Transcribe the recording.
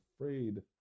afraid